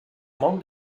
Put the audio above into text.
molt